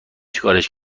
چیکارش